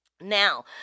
Now